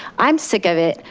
i'm sick of it.